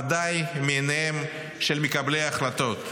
ובוודאי מעיניהם של מקבלי ההחלטות.